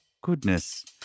goodness